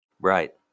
Right